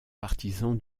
partisan